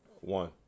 One